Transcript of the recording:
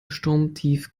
sturmtief